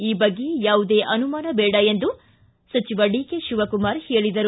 ಈ ಬಗ್ಗೆ ಯಾವುದೇ ಅನುಮಾನ ಬೇಡ ಎಂದು ಹೇಳಿದರು